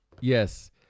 Yes